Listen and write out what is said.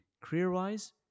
Career-wise